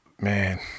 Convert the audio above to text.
man